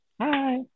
Hi